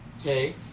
Okay